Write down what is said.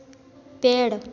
पेड़